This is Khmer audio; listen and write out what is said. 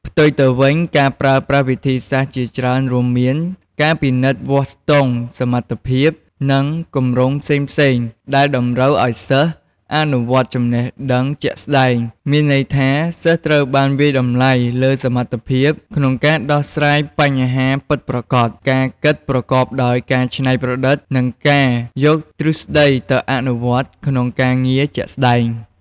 ផ្ទុយទៅវិញ គេប្រើប្រាស់វិធីសាស្ត្រជាច្រើនរួមមាន ការពិនិត្យវាស់ស្ទង់សមត្ថភាព និងគម្រោងផ្សេងៗ ដែលតម្រូវឱ្យសិស្ស អនុវត្តចំណេះដឹងជាក់ស្តែង មានន័យថា សិស្សត្រូវបានវាយតម្លៃលើ សមត្ថភាព ក្នុងការដោះស្រាយបញ្ហាពិតប្រាកដ ការគិតប្រកបដោយការច្នៃប្រឌិត និងការយកទ្រឹស្តីទៅអនុវត្តក្នុងការងារជាក់ស្តែង។